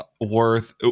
worth